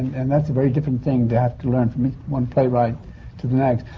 and that's a very different thing to have to learn, from one playwright to the next.